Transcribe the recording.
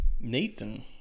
Nathan